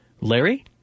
Larry